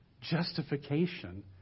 justification